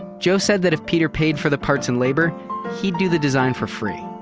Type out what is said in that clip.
joe said that if peter paid for the parts and labor he'd do the design for free.